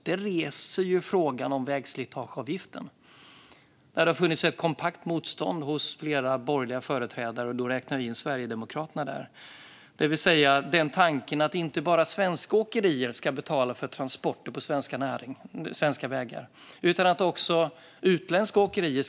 Detta reser frågan om vägslitageavgiften, där det har funnits ett kompakt motstånd hos flera borgerliga företrädare, Sverigedemokraterna inräknade, mot tanken att det inte bara är svenska åkerier som ska betala för transporter på svenska vägar utan också utländska åkerier.